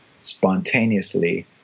spontaneously